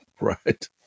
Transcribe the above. Right